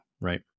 right